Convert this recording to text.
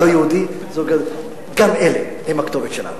גם אלה הם הכתובת שלנו.